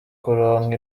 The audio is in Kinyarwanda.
kuronka